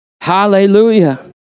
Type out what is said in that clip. Hallelujah